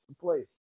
play